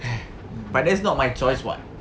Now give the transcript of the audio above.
but that's not my choice [what]